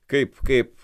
kaip kaip